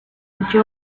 the